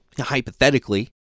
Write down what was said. hypothetically